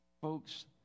Folks